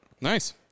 Nice